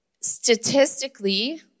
Statistically